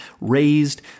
raised